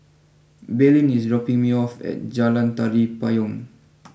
Belen is dropping me off at Jalan Tari Payong